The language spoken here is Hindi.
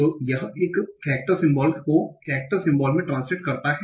तो यह एक कैरेक्टर सिमबोल को केरेक्टेर सिमबोल में ट्रांसलेट्स करता है